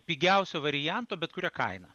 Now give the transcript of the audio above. pigiausio varianto bet kuria kaina